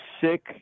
sick